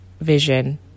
vision